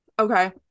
okay